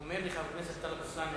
אומר לי חבר הכנסת טלב אלסאנע,